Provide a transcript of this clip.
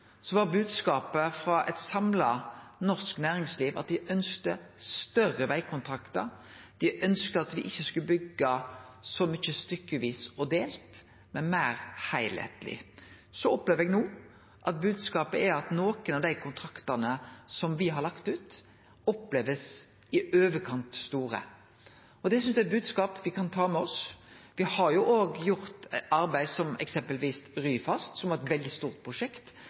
var bodskapen frå eit samla norsk næringsliv at dei ønskte større vegkontraktar. Dei ønskte at me ikkje skulle byggje så mykje stykkevis og delt, men meir heilskapleg. Eg opplever no at bodskapen er at nokre av dei kontraktane som me har lagt ut, blir opplevde som i overkant store, og det er ein bodskap me kan ta med oss. Me har òg gjort arbeid, som eksempelvis Ryfast, som var eit veldig stort prosjekt,